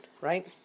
right